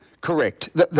Correct